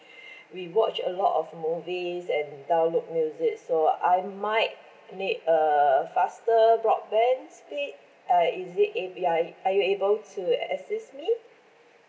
we watch a lot of movies and download music so I might need a faster broadband speed uh is it ab~ you are are you able to assist me